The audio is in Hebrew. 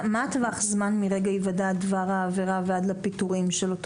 מה טווח הזמן מרגע היוודע דבר העבירה ועד לפיטורי אותו מורה?